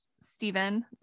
Stephen